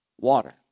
water